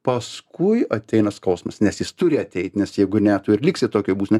paskui ateina skausmas nes jis turi ateit nes jeigu ne tu ir liksi tokioj būsenoj